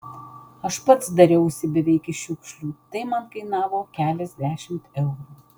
aš pats dariausi beveik iš šiukšlių tai man kainavo keliasdešimt eurų